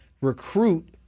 recruit